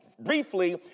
Briefly